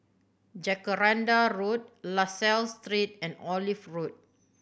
Jacaranda Road La Salle Street and Olive Road